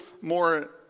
more